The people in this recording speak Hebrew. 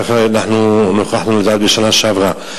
כך נוכחנו לדעת בשנה שעברה.